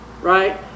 Right